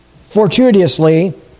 fortuitously